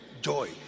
Joy